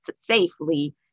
safely